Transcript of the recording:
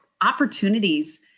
opportunities